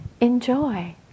enjoy